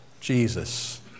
Jesus